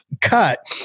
cut